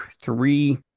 three